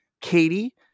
Katie